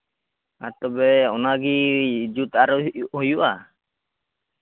ᱟᱨ ᱛᱚᱵᱮ ᱚᱱᱟᱜᱮ ᱡᱩᱛ ᱟᱨᱚ ᱦᱩᱭᱩᱜᱼᱟ